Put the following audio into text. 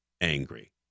angry